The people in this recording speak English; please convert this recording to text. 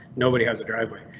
nobody has a driveway,